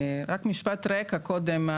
רק משפט רקע קודם,